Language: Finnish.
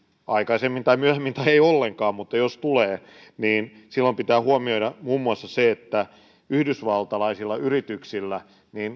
aikaisemmin tai myöhemmin tai ei ollenkaan mutta jos tulee niin silloin pitää huomioida muun muassa se että yhdysvaltalaisilla yrityksillä